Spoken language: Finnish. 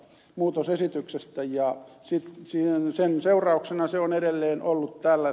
lainmuutosesityksestä ja sen seurauksena se on edelleen ollut täällä